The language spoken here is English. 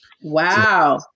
Wow